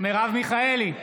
מרב מיכאלי,